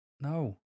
No